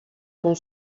com